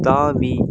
தாவி